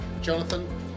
Jonathan